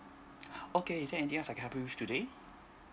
okay is there anything else I can help you with today